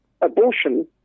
abortion